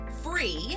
free